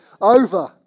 over